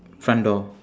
front door